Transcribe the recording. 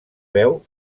veu